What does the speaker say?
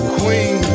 queen